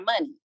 money